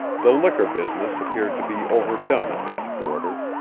the liquor business appeared to be overdone in that quarter,